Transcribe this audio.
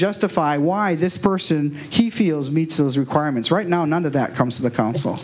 justify why this person he feels meets those requirements right now none of that comes to the council